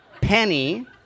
Penny